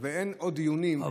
לסדר-היום ואין עוד דיונים,